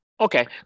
okay